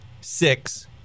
six